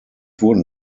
wurden